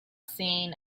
seen